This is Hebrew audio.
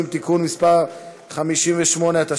בגופים ציבורים (תיקון מס' 8) (פעולת אבטחה ימית),